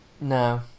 No